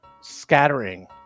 scattering